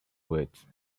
words